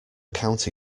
county